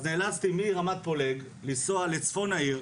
אז נאלצתי לנסוע מרמת פולג לגן בצפון העיר,